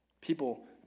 People